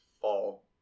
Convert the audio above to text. fall